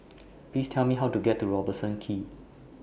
Please Tell Me How to get to Robertson Quay